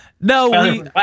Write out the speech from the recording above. No